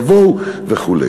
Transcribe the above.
יבואו וכו'.